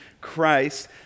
Christ